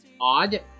odd